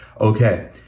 Okay